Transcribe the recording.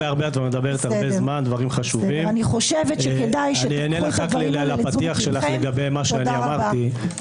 כדאי שתיקחו את הדברים לתשומת ליבכם.